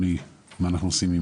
מה אנחנו עושים עם